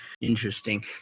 interesting